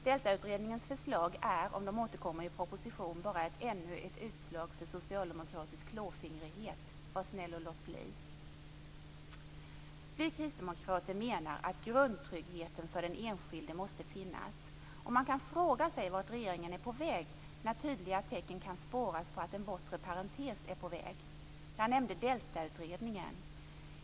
DELTA-utredningens förslag är - om de återkommer i propositionen - bara ännu ett utslag för socialdemokratisk klåfingrighet. Var snäll och låt bli! Vi kristdemokrater menar att grundtryggheten för den enskilde måste finnas. Man kan fråga sig vart regeringen är på väg när tydliga tecken kan spåras på att en bortre parentes är på väg. Jag nämnde DELTA utredningen.